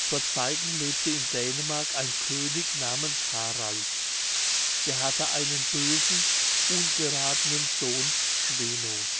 vor zeiten lebte in dänemark ein könig namens harald der hatte einen bösen ungerathenen sohn schweno